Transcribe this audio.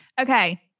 Okay